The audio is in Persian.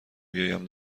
بیایم